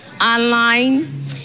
online